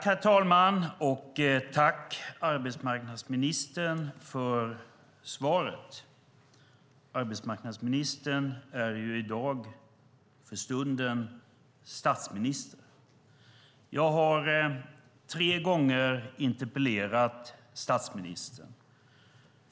Herr talman! Tack, arbetsmarknadsministern, för svaret! Arbetsmarknadsministern är för stunden i dag statsminister. Jag har tre gånger interpellerat statsministern.